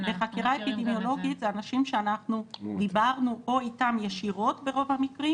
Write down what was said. בחקירה אפידמיולוגית זה אנשים שאנחנו דיברנו או איתם ישירות ברוב המקרים